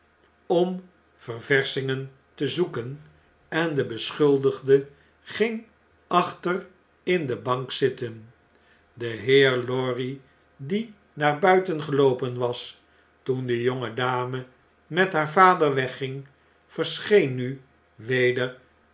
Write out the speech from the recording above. om ververschingen te zoeken en de beschuldigde ging achter in de bank zitten de heer lorry die naar buiten geloopen was toen de jonge dame met haar vader wegging verscheen nu weder